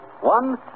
One